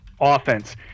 offense